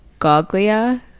Goglia